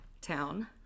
Town